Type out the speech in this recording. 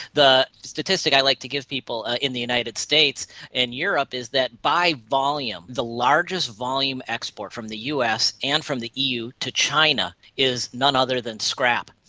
the statistic i like to give people ah in the united states and europe is that by volume the largest volume export from the us and from the eu to china is none other than scrap,